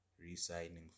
re-signing